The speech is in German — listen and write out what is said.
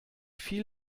viel